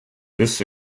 this